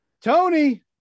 Tony